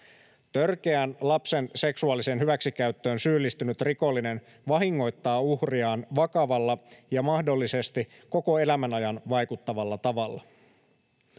Törkeään lapsen seksuaaliseen hyväksikäyttöön syyllistynyt rikollinen vahingoittaa uhriaan vakavalla ja mahdollisesti koko elämän ajan vaikuttavalla tavalla.